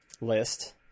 list